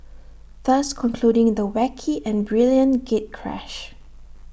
thus concluding the wacky and brilliant gatecrash